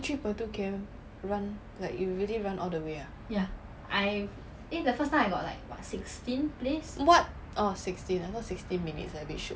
three point two K_M run like you really run all the way ah what oh sixteen orh I thought sixteen minutes I very shock